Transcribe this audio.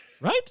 Right